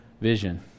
vision